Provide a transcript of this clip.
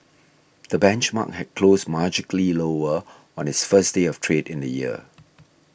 the benchmark had closed marginally lower on its first day of trade in the year